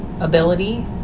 ability